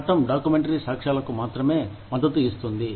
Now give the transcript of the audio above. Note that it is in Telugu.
చట్టం డాక్యుమెంటరీ సాక్ష్యాలకు మాత్రమే మద్దతు ఇస్తుంది